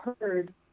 heard